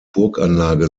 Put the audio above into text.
burganlage